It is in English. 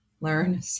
learn